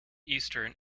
eastern